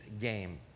game